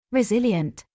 Resilient